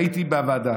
הייתי בוועדה